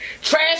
Trash